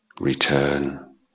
return